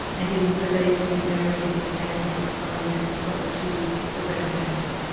and he's believed to be buried in the sandhills somewhere close to the round house.